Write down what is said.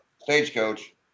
stagecoach